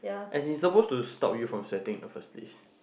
and he supposed to stop use from sweating in the first place